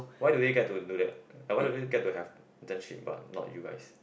why do they get to do that why do they get to have internships but not you guys